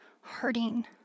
hurting